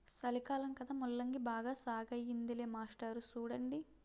సలికాలం కదా ముల్లంగి బాగా సాగయ్యిందిలే మాస్టారు సూడండి